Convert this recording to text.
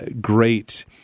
great